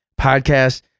podcast